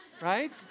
right